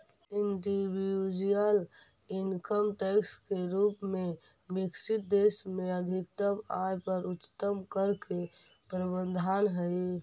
individual income tax के रूप में विकसित देश में अधिकतम आय पर उच्चतम कर के प्रावधान हई